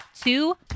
two